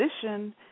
position